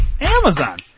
Amazon